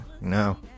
no